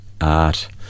art